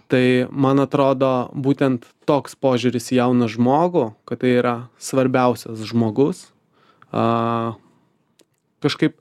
tai man atrodo būtent toks požiūris į jauną žmogų kad tai yra svarbiausias žmogus a kažkaip